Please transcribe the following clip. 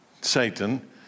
Satan